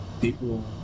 people